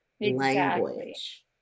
language